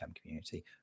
community